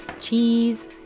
cheese